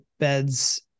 beds